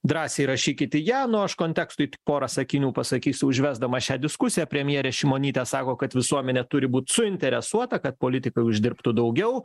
drąsiai rašykit į ją nu aš kontekstui tik pora sakinių pasakysiu užvesdamas šią diskusiją premjerė šimonytė sako kad visuomenė turi būt suinteresuota kad politikai uždirbtų daugiau